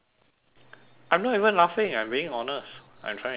I'm not even laughing I'm being honest I'm trying to improvise